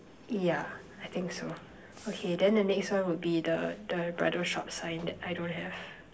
yeah I think so okay then the next one would be the the bridal shop sign that I don't have